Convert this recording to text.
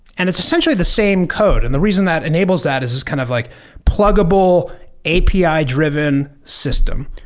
and it's essentially the same code. and the reason that enables that is is kind of like pluggable api-driven system.